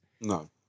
No